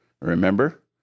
remember